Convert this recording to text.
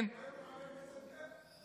והיום הוא חבר כנסת ב-.